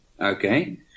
okay